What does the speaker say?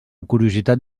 curiositat